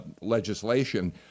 legislation